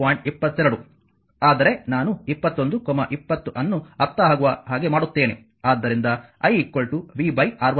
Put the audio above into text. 22 ಆದರೆ ನಾನು 21 20 ಅನ್ನು ಅರ್ಥವಾಗುವ ಹಾಗೆ ಮಾಡುತ್ತೇನೆ